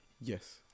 Yes